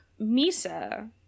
misa